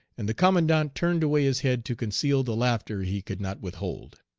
and the commandant turned away his head to conceal the laughter he could not withhold.